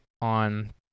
on